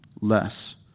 less